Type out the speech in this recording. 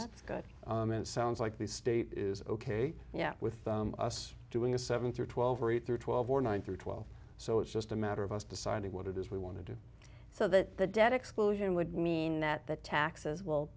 that's good and it sounds like the state is ok yet with us doing a seventh or twelve or eighth or twelve or nine through twelve so it's just a matter of us deciding what it is we want to do so that the debt explosion would mean that the taxes well